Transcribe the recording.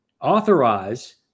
authorize